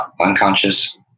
unconscious